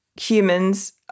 humans